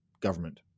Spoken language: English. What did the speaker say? government